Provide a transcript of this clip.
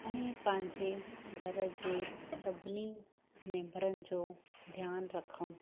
ऐं पंहिंजे घर जे सभिनी मैंबरनि जो ध्यानु रखूं